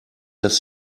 dass